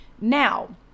Now